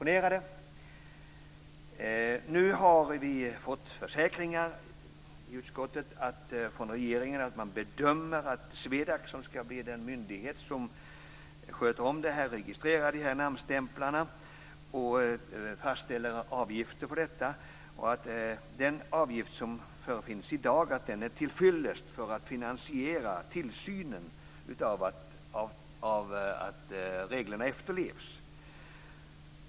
Nu har vi fått försäkringar från regeringen att man bedömer att SWEDAC, som är den myndighet som ska registrera namnstämplarna och fastställa avgifter, anser att den avgift som finns i dag är tillfyllest för att finansiera tillsynen av att reglerna efterlevs.